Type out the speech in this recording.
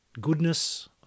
goodness